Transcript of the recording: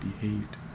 behaved